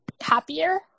happier